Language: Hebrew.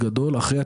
חוץ מזה,